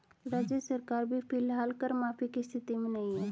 राज्य सरकार भी फिलहाल कर माफी की स्थिति में नहीं है